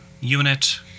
Unit